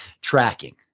tracking